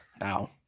Now